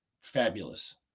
fabulous